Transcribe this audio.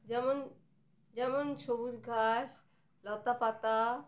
যেমন যেমন সবুজ ঘাস লতা পাতা